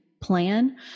plan